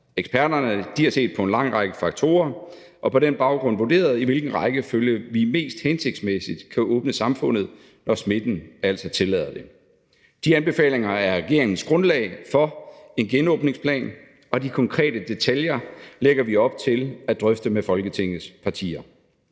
Eksperterne har set på en lang række faktorer og på den baggrund vurderet, i hvilken rækkefølge vi mest hensigtsmæssigt kan åbne samfundet, når smitten altså tillader det. De anbefalinger er regeringens grundlag for en genåbningsplan, og de konkrete detaljer lægger vi op til at drøfte med Folketingets partier.